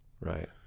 Right